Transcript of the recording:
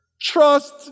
Trust